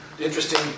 interesting